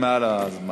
אדוני היושב-ראש,